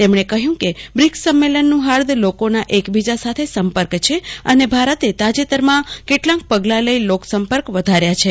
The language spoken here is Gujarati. તેમણે કહયું કે બ્રિકસ સંમેલનનં હાદ લોકોના એકબીજા સાથે સંપર્ક છે અને ભારતે તાજેતરમાં કેટલાક પગલાં લઈ લોક સંપર્ક વધાર્યા છે